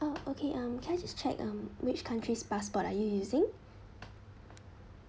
orh okay um can I just check um which country's passport are you using